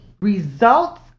results